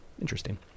interesting